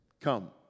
Come